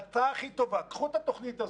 ההצעה הכי טובה, קחו את התוכנית הזאת,